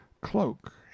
cloak